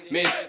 Miss